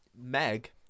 Meg